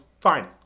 fine